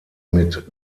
mit